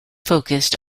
focused